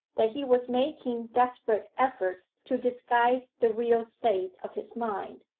that he was making desperate efforts to disguise the real state of his mind.